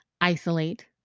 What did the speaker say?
isolate